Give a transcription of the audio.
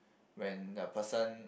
when the person